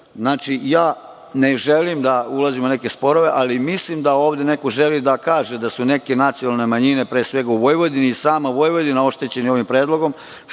ja ne želim da ulazim u neke sporove, ali mislim da ovde neko želi da kaže da su neke nacionalne manjine, pre svega u Vojvodini i sama Vojvodina, oštećeni ovim predlogom,